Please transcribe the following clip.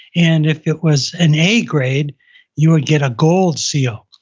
and if it was an a grade you would get a gold seal.